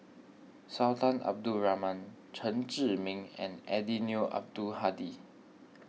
Sultan Abdul Rahman Chen Zhiming and Eddino Abdul Hadi